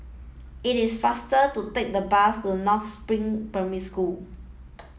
it is faster to take the bus to North Spring Primary School